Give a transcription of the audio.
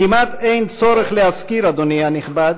כמעט אין צורך להזכיר, אדוני הנכבד,